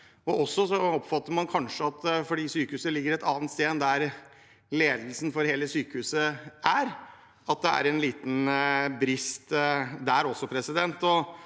Man oppfatter kanskje også at fordi sykehuset ligger et annet sted enn der ledelsen for hele sykehuset er, er det en liten brist der også. Dette